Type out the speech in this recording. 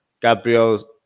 Gabriel